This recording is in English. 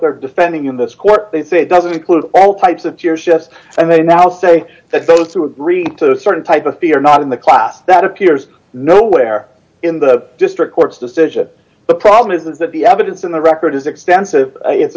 they're defending in this court they say it doesn't include all types of tears just and they now say that those who agree to a certain type of fee are not in the class that appears nowhere in the district court's decision the problem is that the evidence in the record is extensive it's